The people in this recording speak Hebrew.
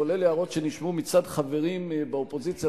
כולל הערות שנשמעו מצד חברים באופוזיציה,